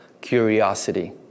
curiosity